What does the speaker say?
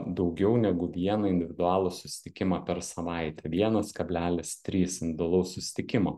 daugiau negu vieną individualų susitikimą per savaitę vienas kablelis trys individualaus susitikimo